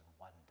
wonder